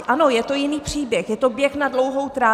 Ano, je to jiný příběh, je to běh na dlouhou trať.